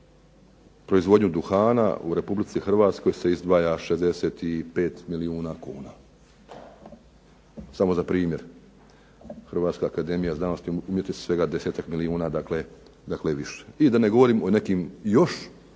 proizvodnju duhana u Republici Hrvatskoj se izdvaja 65 milijuna kuna. Samo za primjer. Hrvatska akademija znanosti i umjetnosti svega 10-ak milijuna dakle više. I da ne govorim o nekim još